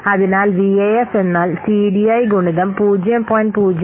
അതിനാൽ വിഎഎഫ് എന്നാൽ ടിഡിഐ ഗുണിതം 0